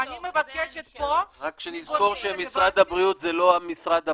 אני מבקשת פה --- רק שנזכור שמשרד הבריאות זה לא משרד הבט"פ,